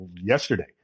yesterday